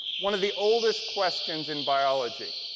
one of the oldest questions in biology